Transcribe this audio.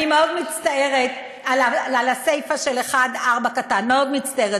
אני מאוד מצטערת על הסיפה של 1(4). מאוד מצטערת,